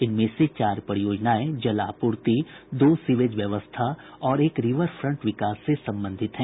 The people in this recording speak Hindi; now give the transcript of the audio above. इनमें से चार परियोजनाएँ जल आपूर्ति दो सीवेज व्यवस्था और एक रिवरफ्रंट विकास से संबंधित हैं